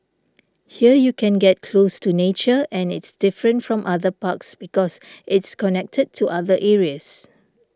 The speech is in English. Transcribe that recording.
here you can get close to nature and it's different from other parks because it's connected to other areas